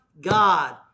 God